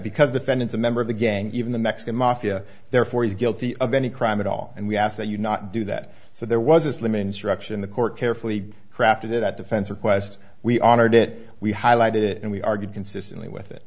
because the fed is a member of the gang even the mexican mafia therefore he's guilty of any crime at all and we ask that you not do that so there was a slim instruction the court carefully crafted it at defense request we honored it we highlighted it and we argued consistently with it